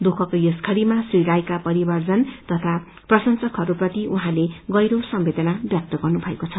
दुःखको यस घडीमा श्री रायका परिजन तथा प्रशंसकहस्पति उहाँले गहिरो संवेदना व्यक्त गर्नुभएको छ